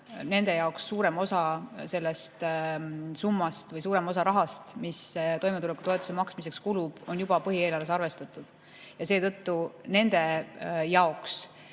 saajad, on suurem osa sellest summast või suurem osa rahast, mis toimetulekutoetuse maksmiseks kulub, juba põhieelarves arvestatud. Seetõttu nende jaoks